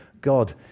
God